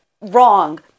wrong